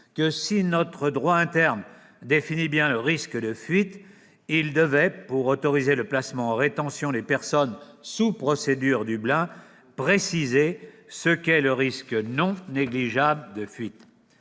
que, si notre droit interne définit bien le « risque de fuite », il devait, pour autoriser le placement en rétention des personnes sous procédure Dublin, préciser ce qu'est le « risque non négligeable de fuite